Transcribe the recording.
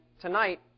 tonight